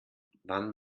wann